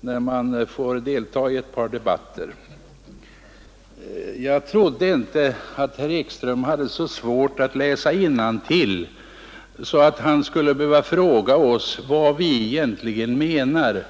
när man får delta i ett par debatter med honom. Jag trodde inte att herr Ekström hade så svårt att läsa innantill att han skulle behöva fråga oss vad vi egentligen menar.